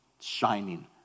Shining